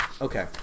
Okay